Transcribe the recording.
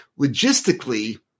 logistically